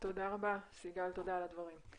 תודה רבה סיגל על הדברים.